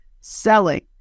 selling